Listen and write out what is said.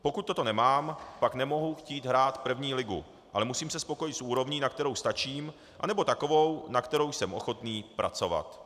Pokud toto nemám, pak nemohu chtít hrát první ligu, ale musím se spokojit s úrovní, na kterou stačím, anebo takovou, na kterou jsem ochotný pracovat.